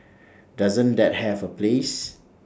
doesn't that have A place